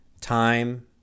time